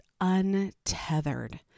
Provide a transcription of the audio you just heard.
untethered